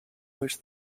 which